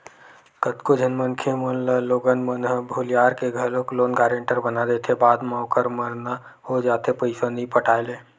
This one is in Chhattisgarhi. कतको झन मनखे मन ल लोगन मन ह भुलियार के घलोक लोन गारेंटर बना देथे बाद म ओखर मरना हो जाथे पइसा नइ पटाय ले